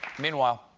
meanwhile,